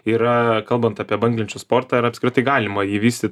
yra kalbant apie banglenčių sportą ar apskritai galima jį vystyt